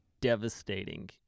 devastating